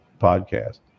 podcast